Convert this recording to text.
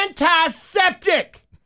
antiseptic